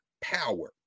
power